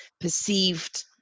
perceived